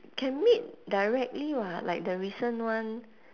can meet directly [what] like the recent one